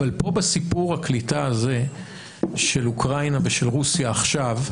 אבל פה בסיפור הקליטה הזה של אוקראינה ושל רוסיה עכשיו,